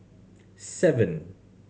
seven